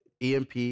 EMP